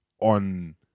on